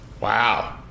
Wow